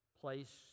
place